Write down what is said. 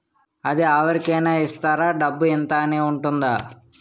అది అవరి కేనా ఇస్తారా? డబ్బు ఇంత అని ఉంటుందా?